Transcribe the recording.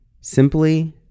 simply